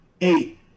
eight